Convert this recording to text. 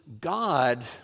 God